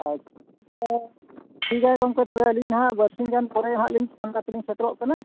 ᱟᱪᱪᱷᱟ ᱴᱷᱤᱠ ᱜᱮᱭᱟ ᱜᱚᱢᱠᱮ ᱟᱹᱞᱤᱧ ᱦᱟᱸᱜ ᱵᱟᱨᱥᱤᱧ ᱜᱟᱱ ᱯᱚᱨᱮ ᱦᱟᱸᱜ ᱞᱤᱧ ᱯᱷᱳᱱ ᱠᱟᱛᱮᱫ ᱞᱤᱧ ᱥᱮᱴᱮᱨᱚᱜ ᱠᱟᱱᱟ